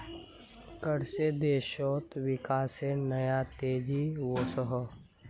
कर से देशोत विकासेर नया तेज़ी वोसोहो